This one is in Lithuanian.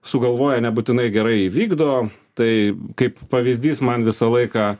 sugalvoja nebūtinai gerai įvykdo tai kaip pavyzdys man visą laiką